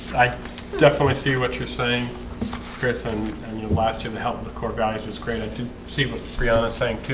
i definitely see what you're saying chris and and your last year the help with the core values is created to see what briana saying